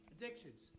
Addictions